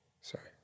Sorry